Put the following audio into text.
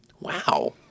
wow